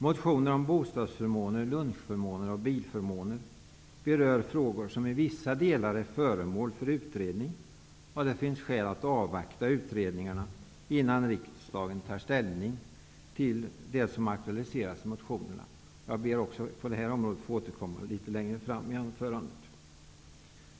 Motioner om bostadsförmåner, lunchförmåner och bilförmåner berör frågor som i vissa delar är föremål för utredning. Det finns skäl att avvakta utredningarna innan riksdagen tar ställning till det som aktualiseras i motionerna. Jag ber att också på det här området få återkomma litet längre fram i anförandet.